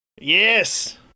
yes